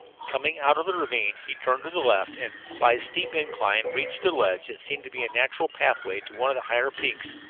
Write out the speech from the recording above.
coming out of the ravine, he turned to the left and, by a steep incline, reached a ledge that seemed to be a natural pathway to one of the higher peaks.